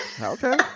Okay